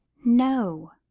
no.